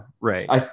right